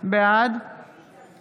בעד